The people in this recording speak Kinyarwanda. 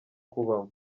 kubamo